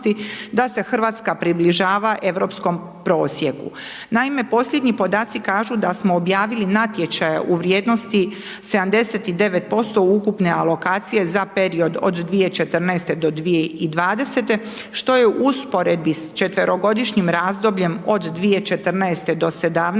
da se Hrvatska približava europskom prosjeku. Naime, posljednji podaci kažu da smo objavili natječaje u vrijednosti 79% ukupne alokacije za period od 2014. do 2020. što je u usporedbi sa četverogodišnjim razdobljem od 2014. do 2017.